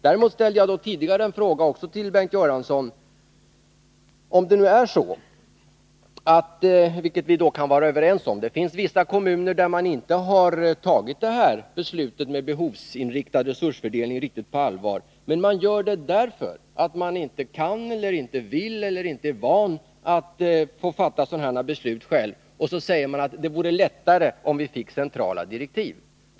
Det finns kommuner — det kan vi vara överens om — där man inte har tagit beslutet om behovsinriktad resursfördelning riktigt på allvar, men det beror på att man inte kan, inte vill eller inte är van att få träffa sådana avgöranden själv. Det vore lättare om vi fick centrala direktiv, säger man.